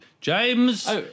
James